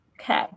Okay